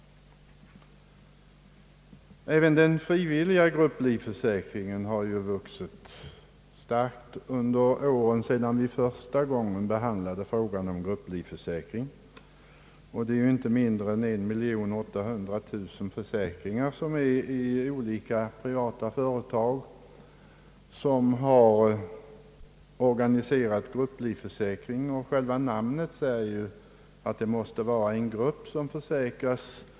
Även den frivilliga grupplivförsäkringen har ju vuxit under åren sedan vi första gången behandlade frågan om grupplivförsäkring. Inte mindre än 1800 000 personer är grupplivförsäkrade i de privata företag som driver sådan försäkring. Själva namnet säger, att det måste vara en grupp som för säkras.